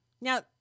Now